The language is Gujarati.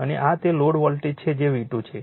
અને આ તે લોડ વોલ્ટેજ છે જે V2 છે